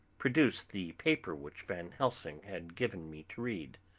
produced the paper which van helsing had given me to read.